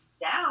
down